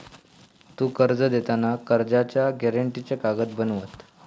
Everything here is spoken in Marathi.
तु कर्ज देताना कर्जाच्या गॅरेंटीचे कागद बनवत?